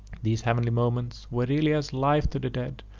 these heavenly moments were really as life to the dead,